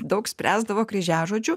daug spręsdavo kryžiažodžių